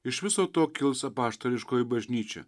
iš viso to kils apaštališkoji bažnyčia